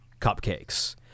cupcakes